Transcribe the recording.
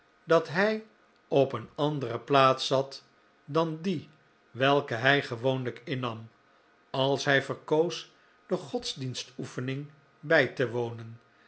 dat hij op een andere plaats zat dan die welke hij gewoonlijk innam als hij verkoos de godsdienstoefening bij te wonen